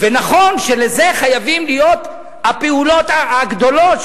ונכון שלזה חייבות להיות הפעולות הגדולות,